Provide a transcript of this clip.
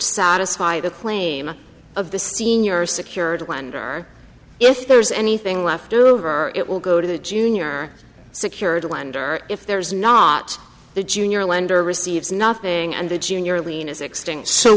satisfy the claim of the senior secured wonder if there's anything left over it will go to the junior secured wonder if there is not the junior lender receives nothing and the junior lien is extinct so